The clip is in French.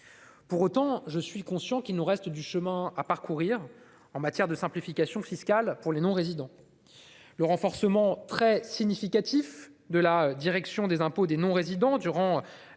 Pour autant, je suis conscient qu'il nous reste du chemin à parcourir en matière de simplification fiscale pour les non-résidents. Le renforcement très significatif des moyens de la DINR, intervenu durant